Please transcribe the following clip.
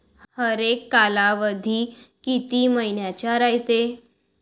हरेक कालावधी किती मइन्याचा रायते?